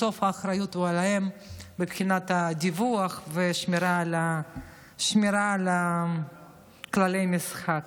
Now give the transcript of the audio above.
בסוף האחריות היא עליהם מבחינת הדיווח והשמירה על כללי המשחק.